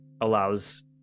allows